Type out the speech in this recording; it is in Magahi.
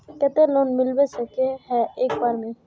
केते लोन मिलबे सके है एक बार में?